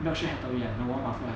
berkshire hathaway ah warren buffett